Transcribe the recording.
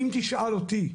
אם תשאל אותי,